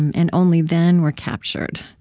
and only then were captured,